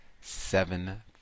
seven